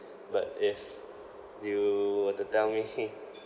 but if you were to tell me